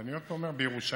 ואני עוד פעם אומר: ירושלים,